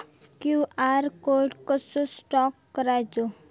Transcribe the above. QR code कसो scan करायचो?